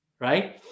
right